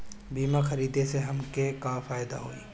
बीमा खरीदे से हमके का फायदा होई?